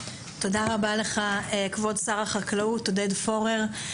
תודה רבה לך כבוד שר החקלאות עודד פורר.